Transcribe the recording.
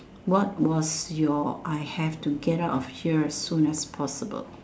what was your I have to get out of here soon as possible